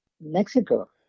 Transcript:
Mexico